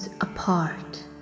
apart